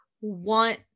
want